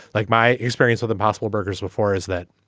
like my experience with the possible burgers before is that